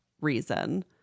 reason